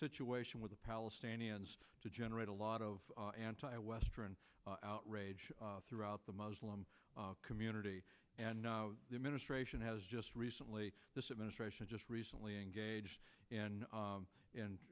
situation with the palestinians to generate a lot of anti western outrage throughout the muslim community and the administration has just recently this administration just recently engaged in